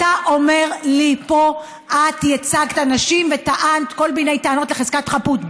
אתה אומר לי פה: את ייצגת אנשים וטענת כל מיני טענות לחזקת חפות.